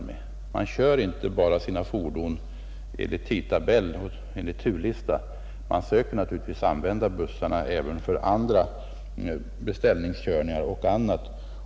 Man kör inte bara enligt turlista, man försöker naturligtvis också att använda bussarna för beställningskörningar och annat.